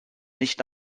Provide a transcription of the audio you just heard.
nicht